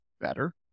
better